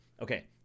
okay